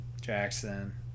Jackson